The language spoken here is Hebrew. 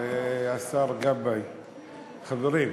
והשר גבאי, חברים,